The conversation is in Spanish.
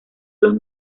los